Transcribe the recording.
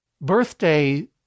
Birthday